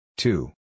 Two